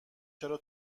چرا